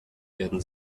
werden